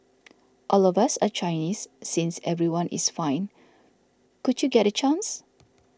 all of us are Chinese since everyone is fine could you get a chance